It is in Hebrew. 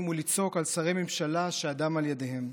ולצעוק על שרי ממשלה שהדם על ידיהם.